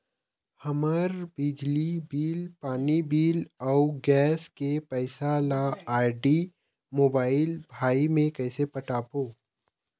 हमर बिजली बिल, पानी बिल, अऊ गैस के पैसा ला आईडी, मोबाइल, भाई मे कइसे पटाबो?